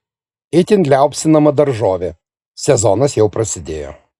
itin liaupsinama daržovė sezonas jau prasidėjo